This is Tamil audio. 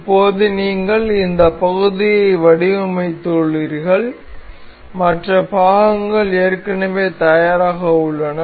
இப்போது நீங்கள் இந்த பகுதியை வடிவமைத்துள்ளீர்கள் மற்ற பாகங்கள் ஏற்கனவே தயாராக உள்ளன